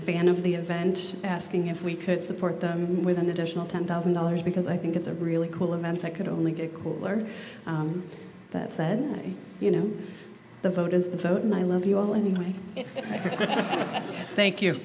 fan of the event asking if we could support them with an additional ten thousand dollars because i think it's a really cool event that could only get cooler that said you know the vote is the vote and i love you all and thank you